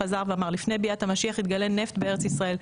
חזר ואמר: לפני ביאת המשיח יתגלה נפט בארץ ישראל.